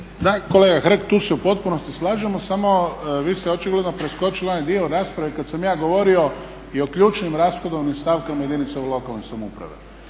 kolega Hrg tu se u potpunosti slažemo samo vi ste očigledno preskočili onaj dio rasprave kad sam ja govorio i o ključnim rashodovnim stavkama jedinicama lokalne samouprave.